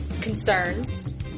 concerns